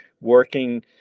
working